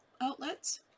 outlets